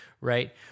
right